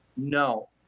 No